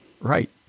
Right